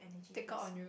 take out on you